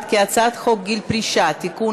ההצעה להעביר את הצעת חוק גיל פרישה (תיקון,